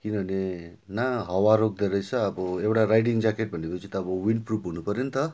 किनभने न हावा रोक्दा रहेछ अब एउटा राइडिङ ज्याकेट भनेको चाहिँ त अब विन्ड प्रुफ हुनु पर्यो नि त